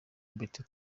bertin